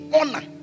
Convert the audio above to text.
honor